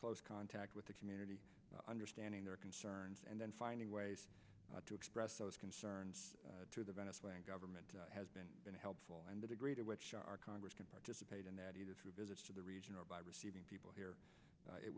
close contact with the community understanding their concerns and then finding ways to express those concerns to the venezuelan government has been unhelpful and the degree to which our congress can participate in that either through visits to the region or by receiving people here